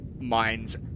minds